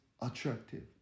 attractive